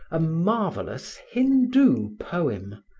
a marvelous hindoo poem,